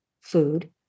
food